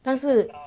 但是